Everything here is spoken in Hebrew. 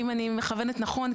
אם אני מכוונת נכון,